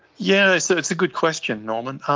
yeah so it's a good question, norman,